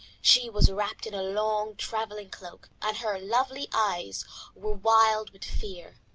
she was wrapped in a long travelling cloak, and her lovely eyes were wild with fear.